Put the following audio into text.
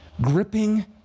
gripping